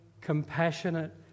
compassionate